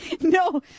No